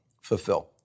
fulfill